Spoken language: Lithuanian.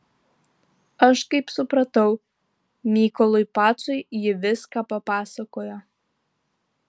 aš kaip supratau mykolui pacui ji viską papasakojo